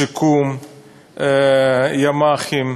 שיקום, ימ"חים,